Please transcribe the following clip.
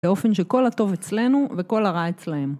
באופן שכל הטוב אצלנו וכל הרע אצלהם.